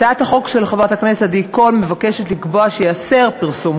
הצעת החוק של חברת הכנסת עדי קול מבקשת לקבוע שייאסר פרסום